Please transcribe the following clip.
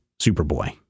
Superboy